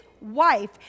wife